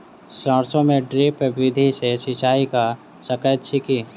सैरसो मे ड्रिप विधि सँ सिंचाई कऽ सकैत छी की?